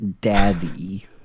Daddy